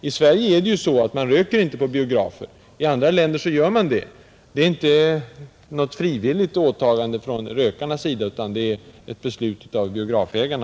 I Sverige röker man som bekant inte på bio; i andra länder gör man det. I det fallet är det inte något frivilligt åtagande från rökarnas sida, utan det är ett beslut av biografägarna.